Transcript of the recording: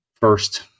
first